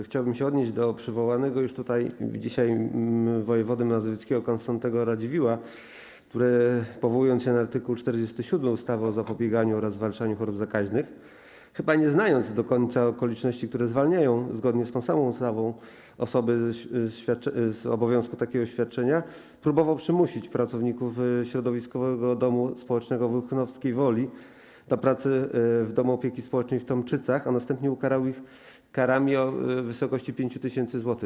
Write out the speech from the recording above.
Chciałbym odnieść się do sprawy przywołanego już tutaj dzisiaj wojewody mazowieckiego Konstantego Radziwiłła, który powołując się na art. 47 ustawy o zapobieganiu oraz zwalczaniu chorób zakaźnych, chyba nie znając do końca okoliczności, które zwalniają zgodnie z tą ustawą osoby z obowiązku takiego świadczenia, próbował przymusić pracowników środowiskowego domu społecznego w Łychowskiej Woli do pracy w domu opieki społecznej w Tomczycach, a następnie ukarał ich karami w wysokości 5 tys. zł.